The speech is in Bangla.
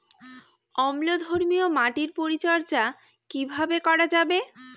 অম্লধর্মীয় মাটির পরিচর্যা কিভাবে করা যাবে?